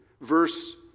Verse